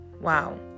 Wow